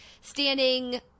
standing